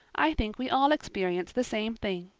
i think we all experience the same thing.